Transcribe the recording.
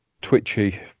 twitchy